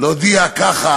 להודיע ככה,